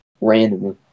randomly